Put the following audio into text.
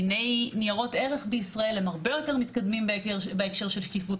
דיני ניירות ערך בישראל הם הרבה יותר מתקדמים בהקשר של שקיפות,